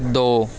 ਦੋ